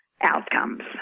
outcomes